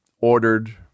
ordered